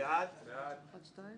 בעד הרביזיה על סעיף 2,